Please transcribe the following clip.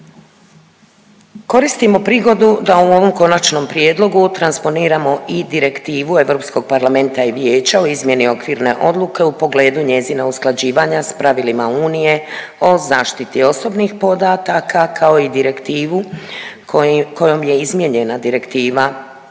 Koristimo prigodu da u ovom konačnom prijedlogu transponiramo i Direktivu Europskog parlamenta i vijeća o izmjeni okvirne odluke u pogledu njezina usklađivanja s pravilima unije o zaštiti osobnih podataka kao i direktivu kojom je izmijenjena direktiva